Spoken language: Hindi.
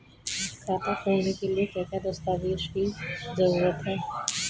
खाता खोलने के लिए क्या क्या दस्तावेज़ की जरूरत है?